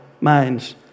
minds